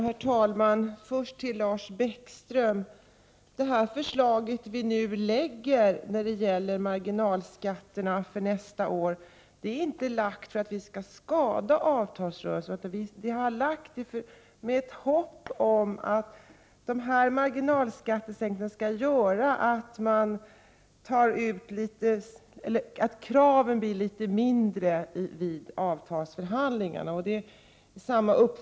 Herr talman! Först till Lars Bäckström: Det förslag som vi nu lagt franj beträffande marginalskatterna för nästa år är inte avsett att skada avtalsrörell sen. Förslaget har framlagts med hopp om att marginalskattesänkningen göj att man har litet mindre krav vid avtalsförhandlingarna.